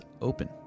open